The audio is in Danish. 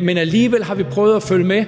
men alligevel har vi prøvet at følge med.